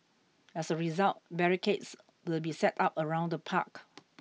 as a result barricades will be set up around the park